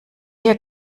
hier